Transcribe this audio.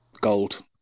gold